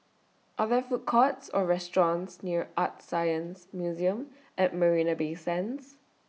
Are There Food Courts Or restaurants near ArtScience Museum At Marina Bay Sands